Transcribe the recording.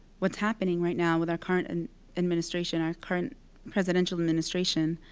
what's happening right now with our current and administration, our current presidential administration.